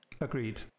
Agreed